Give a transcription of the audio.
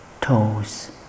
toes